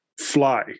fly